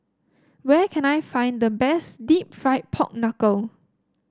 where can I find the best deep fried Pork Knuckle